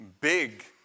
big